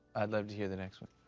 i'd love to hear the next one.